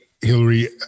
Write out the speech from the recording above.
Hillary